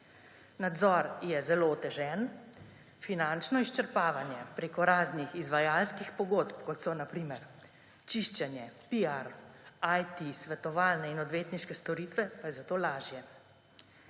Nadzor je zelo otežen, finančno izčrpavanje preko raznih izvajalskih pogodb, kot so na primer čiščenje, PR, IT, svetovalne in odvetniške storitve, pa je zato lažje.